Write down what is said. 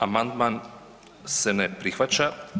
Amandman se ne prihvaća.